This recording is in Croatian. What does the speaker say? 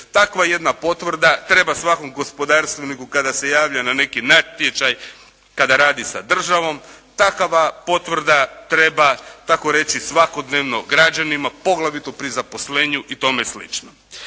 Takva jedna potvrda treba svakom gospodarstveniku kada se javlja na neki natječaj, kada radi sa državom Takva potvrda treba tako reći svakodnevno građanima, poglavito pri zaposlenju i tome slično.